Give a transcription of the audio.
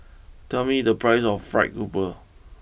tell me the price of Fried grouper